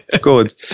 Good